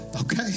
okay